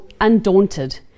undaunted